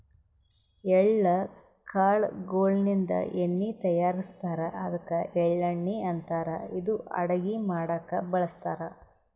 ಎಳ್ಳ ಕಾಳ್ ಗೋಳಿನ್ದ ಎಣ್ಣಿ ತಯಾರಿಸ್ತಾರ್ ಅದ್ಕ ಎಳ್ಳಣ್ಣಿ ಅಂತಾರ್ ಇದು ಅಡಗಿ ಮಾಡಕ್ಕ್ ಬಳಸ್ತಾರ್